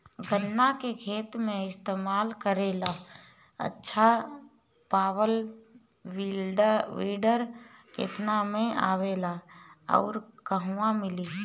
गन्ना के खेत में इस्तेमाल करेला अच्छा पावल वीडर केतना में आवेला अउर कहवा मिली?